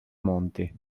monti